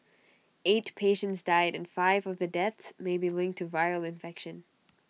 eight patients died and five of the deaths may be linked to viral infection